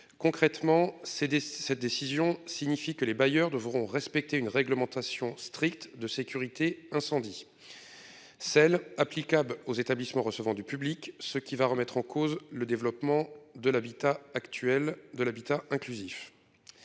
c'est des. Cette décision signifie que les bailleurs devront respecter une réglementation stricte de sécurité incendie. Celles applicables aux établissements recevant du public, ce qui va remettre en cause le développement de l'habitat actuel